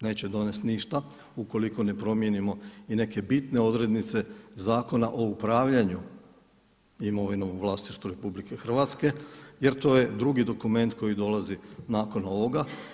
neće donesti ništa ukoliko ne promijenimo i neke bitne odrednice Zakona o upravljanju imovinom u vlasništvu Republike Hrvatske, jer to je drugi dokument koji dolazi nakon ovoga.